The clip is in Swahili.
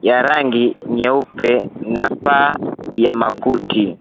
ya rangi nyeupe na paa ya makuti.